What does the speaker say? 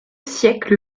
siècle